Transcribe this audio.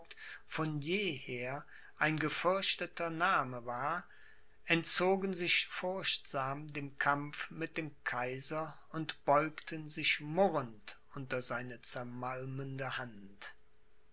von jeher ein gefürchteter name war entzogen sich furchtsam dem kampf mit dem kaiser und beugten sich murrend unter seine zermalmende hand